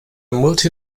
multi